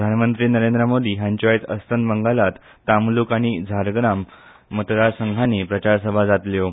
प्रधानमंत्री नरेंद्र मोदी हांच्यो आयज अस्तंत बंगालात तांमलूक आनी झारग्राम मतदारसंघानी प्रचारसभा जातल्यो